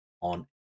on